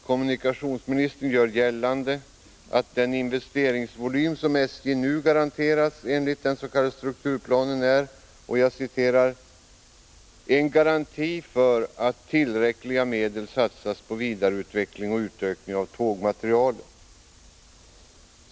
Kommunikationsministern gör gällande att den investeringsvolym som SJ nu garanteras enligt den s.k. strukturplanen är ”en garanti för att tillräckliga medel satsas på vidareutveckling och utökning av tågmaterielen”.